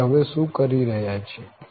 આપણે હવે શું કરી રહ્યા છીએ